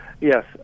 Yes